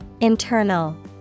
Internal